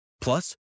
Plus